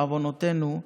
בעוונותינו,